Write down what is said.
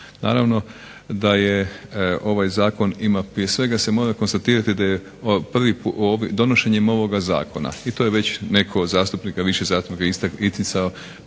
Naravno da ovaj zakon ima, prije svega se mora konstatirati da je donošenjem ovog zakona i to je već netko od zastupnika, više zastupnika isticalo,